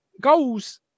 goals